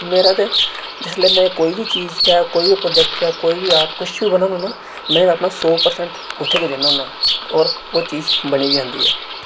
मेरा ते जिसलै में कोई बी चीज जां कोई बी प्रोजेक्ट जां कोई बी आर्ट जां किश ब'नाना नां में अपना सौ परसेंट उत्थै गै दिन्नां होना आं और ओह् चीज़ बनी बी जंदी ऐ